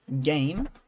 Game